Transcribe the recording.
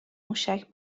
موشک